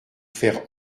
faire